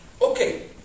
Okay